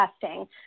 testing